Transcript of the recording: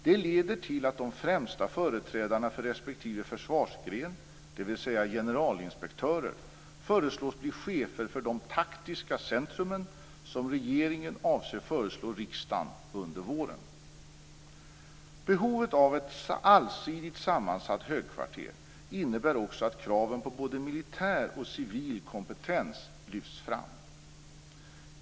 Det leder till att de främsta företrädarna för respektive försvarsgren, dvs. generalinspektörer, föreslås bli chefer för de taktiska centrumen som regeringen avser föreslå riksdagen under våren. Behovet av ett allsidigt sammansatt högkvarter innebär också att kraven på både militär och civil kompetens lyfts fram.